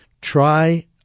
Try